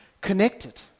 connected